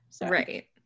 Right